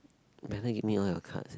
you better give me all your cards eh